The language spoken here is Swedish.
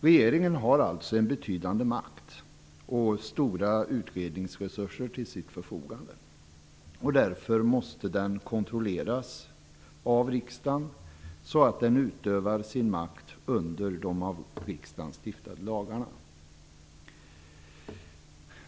Regeringen har alltså en betydande makt. Den har också stora utredningsresurser till sitt förfogande. Därför måste den kontrolleras av riksdagen så att den utövar sin makt under de av riksdagen stiftade lagarna.